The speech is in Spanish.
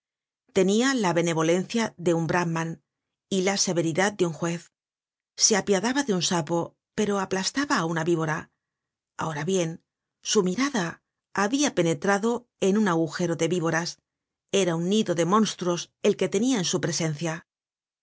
brahman y la severidad de un juez se apiadaba de un sapo pero aplastaba á una víbora ahora bien su mirada habia penetrado en un agujero de víboras era un nido de monstruos el que tenia en su presencia